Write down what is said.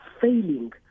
failing